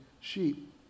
sheep